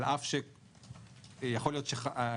אל אף שיכול להיות שחשבנו,